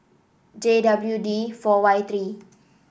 J W D four Y three